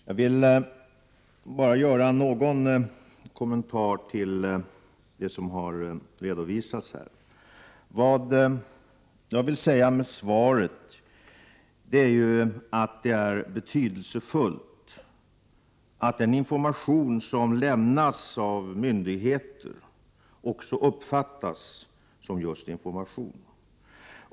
Prot. 1988/89:51 Herr talman! Jag vill bara göra någon kommentar till det som har 17januari 1989 redovisats här. 4 ; Om försvarets roll i den Vad jag ville säga med mitt svar var att det är betydelsefullt att den RE å S 2 då EN offentliga försvarsdeinformation som lämnas av myndigheterna också uppfattas som just informabaten tion.